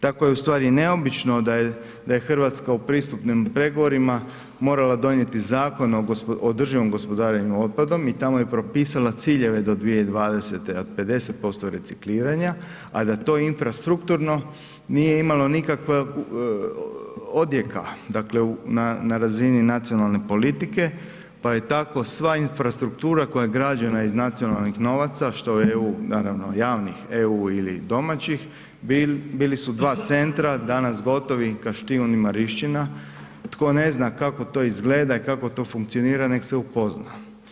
Tako je ustvari neobično da je Hrvatska u pristupnim pregovorima morala donijeti Zakon o održivom gospodarenju otpadom i tamo je propisala ciljeve do 2020. od 50% recikliranja a da to infrastrukturno nije imalo nikakvog odjeka, dakle na razini nacionalne politike pa je tako sva infrastruktura koja je građena iz nacionalnih novaca, što EU naravno javnih EU ili domaćih, bili su dva centra danas gotovi Kaštijun i Marinščina, tko ne zna kako to izgleda i kako to funkcionira, nek se upozna.